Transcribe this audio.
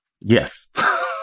yes